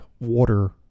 water